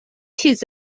چیز